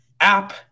app